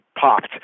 popped